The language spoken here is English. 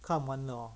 看完了 orh